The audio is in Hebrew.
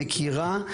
מכירה,